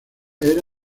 era